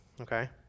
okay